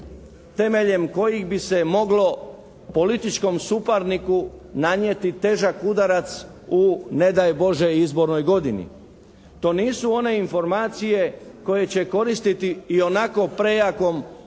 temeljem kojih bi se moglo političkom suparniku nanijeti težak udarac u ne daj Bože izbornoj godini. To nisu one informacije koje će koristiti ionako prejakom